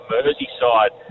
Merseyside